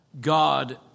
God